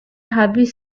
habis